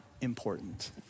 important